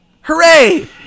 Hooray